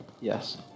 yes